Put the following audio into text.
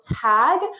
tag